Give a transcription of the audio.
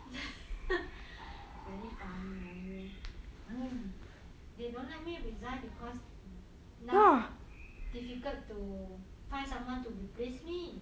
ha very funny ah you they don't let me resign because now difficult to find someone to replace me